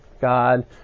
God